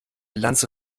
lanze